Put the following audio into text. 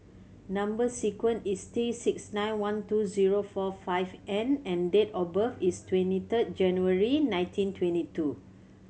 number sequence is T six nine one two zero four five N and date of birth is twenty third January nineteen twenty two